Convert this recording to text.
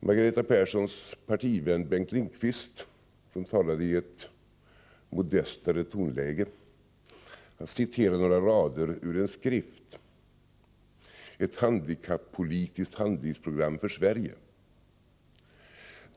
Margareta Perssons partivän Bengt Lindqvist, som talade i ett modestare tonläge, citerade några rader ur en skrift, Ett handikappolitiskt handlingsprogram för Sverige.